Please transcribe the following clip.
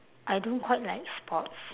I don't quite like sports